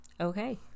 okay